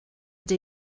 they